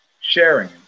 sharing